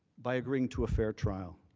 by agreeing to a fair trial.